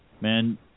man